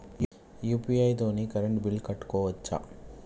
UPI తోని current bill కట్టుకోవచ్ఛా?